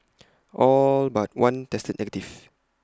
all but one tested negative